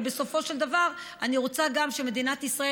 אבל בסופו של דבר אני רוצה גם שמדינת ישראל